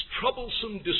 troublesome